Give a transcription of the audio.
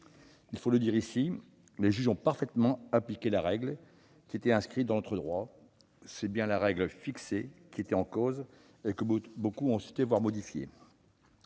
Il faut le dire ici, ils ont parfaitement appliqué la règle qui était inscrite dans notre droit. C'est bien la règle fixée qui était en cause et que beaucoup ont souhaité voir modifier.